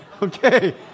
Okay